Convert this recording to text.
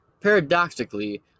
Paradoxically